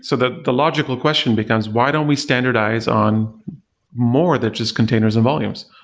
so the the logical question becomes why don't we standardize on more than just containers and volumes?